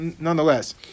nonetheless